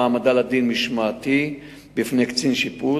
העמדה לדין משמעתי בפני קצין שיפוט.